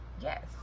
yes